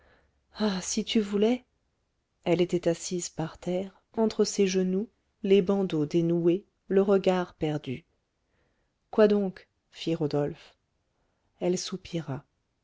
ah si tu voulais elle était assise par terre entre ses genoux les bandeaux dénoués le regard perdu quoi donc fit rodolphe elle soupira